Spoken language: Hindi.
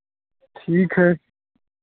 ठीक है